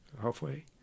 halfway